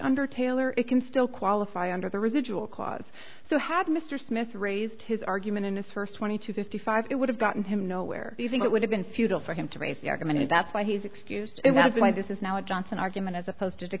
under taylor it can still qualify under the residual clause so had mr smith raised his argument in his first twenty two fifty five it would have gotten him nowhere you think it would have been futile for him to raise the argument and that's why he's excused and that's why this is now a johnson argument as opposed to